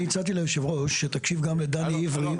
אני הצעתי ליושב הראש שתקשיב גם לדני עברי.